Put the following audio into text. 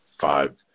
five